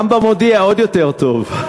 גם ב"המודיע", עוד יותר טוב.